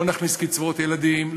לא נכניס קצבאות ילדים,